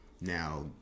Now